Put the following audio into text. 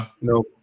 no